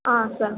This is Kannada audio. ಹಾಂ ಸ